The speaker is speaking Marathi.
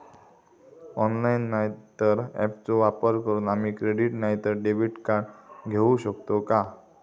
ऑनलाइन नाय तर ऍपचो वापर करून आम्ही क्रेडिट नाय तर डेबिट कार्ड घेऊ शकतो का?